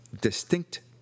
distinct